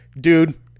dude